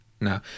no